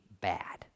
bad